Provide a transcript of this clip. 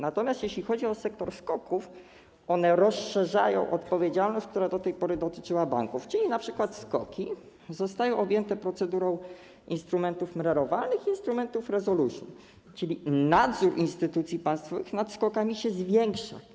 Natomiast jeżeli chodzi o sektor SKOK-ów, one rozszerzają odpowiedzialność, która do tej pory dotyczyła banków, czyli np. SKOK-i zostają objęte procedurą instrumentów MREL-owalnych i instrumentów resolution, czyli nadzór instytucji państwowych nad SKOK-ami się zwiększa.